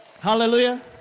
Hallelujah